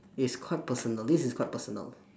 it's quite personal this is quite personal